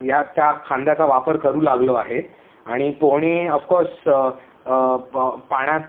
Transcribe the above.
या त्या खांद्याचा वापर करू लागलो आहे आणि पोहणे ऑफकोर्स पाण्यात